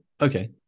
Okay